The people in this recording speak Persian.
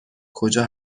کجا